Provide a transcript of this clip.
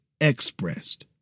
expressed